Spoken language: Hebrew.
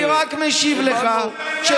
אני רק משיב לך, הבנו.